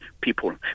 people